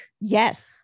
Yes